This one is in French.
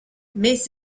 mais